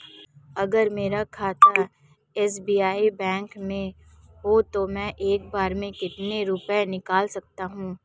अगर मेरा खाता एस.बी.आई बैंक में है तो मैं एक बार में कितने रुपए निकाल सकता हूँ?